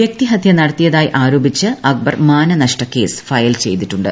വൃക്തിഹത്യ നടത്തിയതായി ആരോപിച്ച് അക്ബർ മാനനഷ്ടക്കേസ് ഫയൽ ചെയ്തിട്ടുണ്ട്